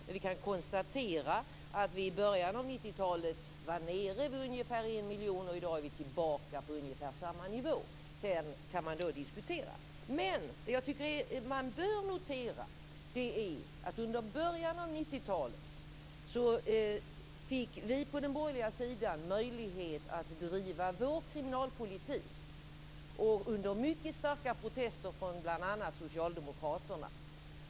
Men vi kan konstatera att vi i början av 90-talet var nere på ungefär en miljon, och i dag är vi tillbaka på ungefär samma nivå. Sedan kan man diskutera det. Men det som jag tycker att man bör notera är att vi på den borgerliga sidan i början av 90-talet fick möjlighet att driva vår kriminalpolitik och under mycket starka protester från bl.a. socialdemokraterna.